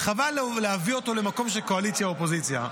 חבל להביא אותו למקום של קואליציה ואופוזיציה.